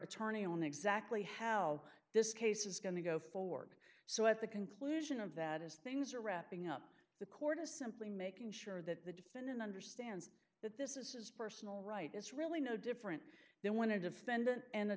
attorney on exactly how this case is going to go forward so at the conclusion of that as things are wrapping up the court is simply making sure that the defendant understands that this is personal right it's really no different than when a defendant and